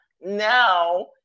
now